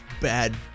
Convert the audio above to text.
bad